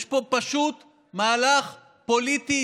יש פה פשוט מהלך פוליטי,